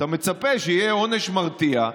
אתה מצפה שיהיה עונש מרתיע,